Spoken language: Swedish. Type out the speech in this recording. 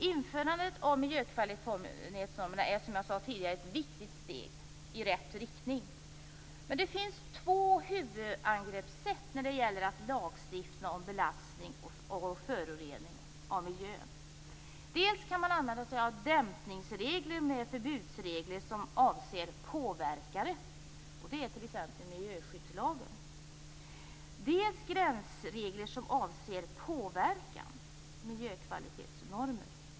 Införandet av miljökvalitetsnormer är, som jag sade tidigare, ett viktigt steg i rätt riktning. Men det finns två huvudangreppssätt när det gäller att lagstifta om belastning och förorening av miljön. Dels kan man använda sig av dämpningsregler med förbudsregler som avser påverkare, t.ex. miljöskyddslagen, dels gränsregler som avser påverkan, miljökvalitetsnormer.